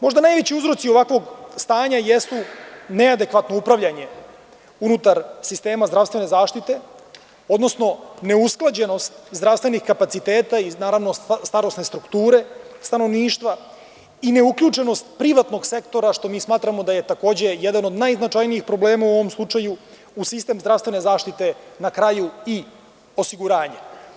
Možda najveći uzroci ovakvog stanja jesu neadekvatno upravljanje unutar sistema zdravstvene zaštite, odnosno neusklađenost zdravstvenih kapaciteta i, naravno, starosne strukture stanovništva i neuključenost privatnog sektora, što mi smatramo da je takođe jedan od najznačajnijih problema u ovom slučaju, u sistem zdravstvene zaštite, a na kraju i osiguranja.